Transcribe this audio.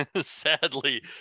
sadly